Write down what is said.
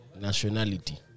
nationality